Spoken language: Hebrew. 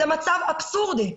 זה מצב אבסורדי.